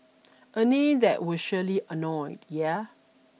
a name that will surely annoy yeah